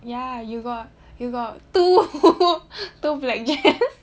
ya you got you got two black dress